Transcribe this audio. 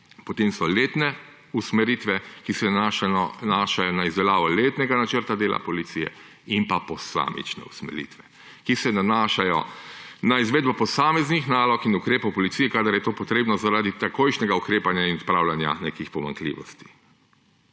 potem so letne usmeritve, ki se nanašajo na izdelavo letnega načrta dela policije, in posamične usmeritve, ki se nanašajo na izvedbo posameznih nalog in ukrepov v policiji, kadar je to potrebno zaradi takojšnjega ukrepanja in odpravljanja nekih pomanjkljivosti.